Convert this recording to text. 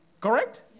Correct